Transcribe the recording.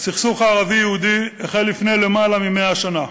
הסכסוך הערבי יהודי החל לפני יותר מ-100 שנה.